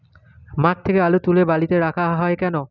মাঠ থেকে আলু তুলে বালিতে রাখা হয় কেন?